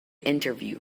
interview